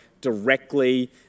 directly